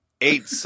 eight